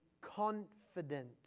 confident